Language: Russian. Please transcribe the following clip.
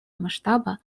масштаба